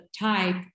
type